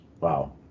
Wow